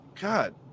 God –